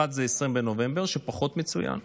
אחד הוא 20 בנובמבר, שפחות מצוין,